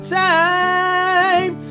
time